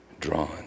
drawn